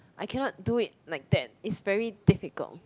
I cannot do it like that is very difficult